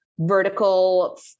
vertical